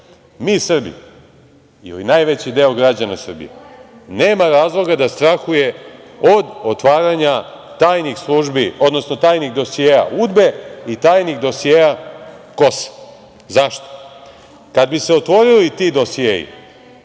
Srbi, ili najveći deo građana Srbije, nema razloga da strahuje od otvaranja tajnih dosijea UDBA-e i tajnih dosije KOS-e. Zašto? Kada bi se otvorili ti dosijei,